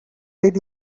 did